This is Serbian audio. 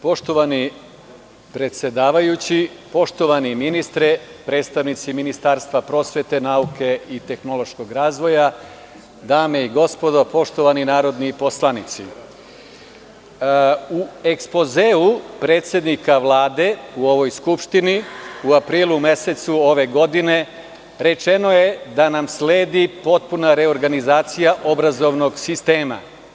Poštovani predsedavajući, poštovani ministre, predstavnici Ministarstva prosvete, nauke i tehnološkog razvoja, dame i gospodo poštovani narodni poslanici, u ekspozeu predsednika Vlade u ovoj skupštini, u aprilu mesecu ove godine, rečeno je da nam sledi potpuna reorganizacija obrazovnog sistema.